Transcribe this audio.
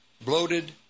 bloated